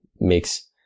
makes